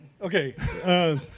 Okay